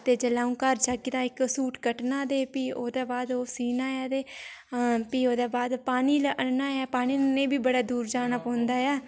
ते जेल्लै अ'ऊं घर जाग्गी ते इक सूट कट्टना ते प्ही ओह्दे बाद ओह् सीनाऽ ऐ ते ते प्ही ओह्दे बाद पानी आह्नना ऐ पानी'नै बी बड़ी दूर जाना पौंदा ऐ